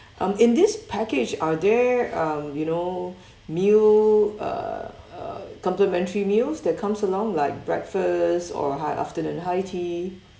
um in this package are there um you know meal uh uh complimentary meals that comes along like breakfast or hi~ afternoon high tea